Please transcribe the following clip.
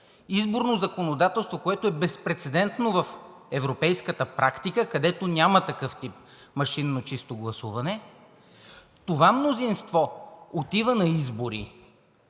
изборно законодателство, което е безпрецедентно в европейската практика, където няма такъв тип чисто машинно гласуване. Това мнозинство отива на избори.